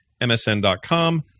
msn.com